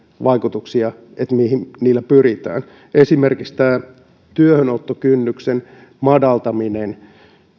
vaikutuksia mihin niillä pyritään esimerkiksi työhönottokynnyksen madaltamisessa